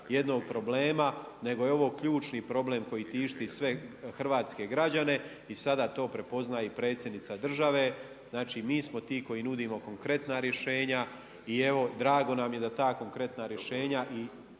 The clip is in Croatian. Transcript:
jednog problema, nego je ovo ključni problem koji tišti sve hrvatske građane i sada to prepoznaje i Predsjednica države, znači mi smo ti koji nudimo konkretna rješenja i evo, drago nam je da ta konkretna rješenja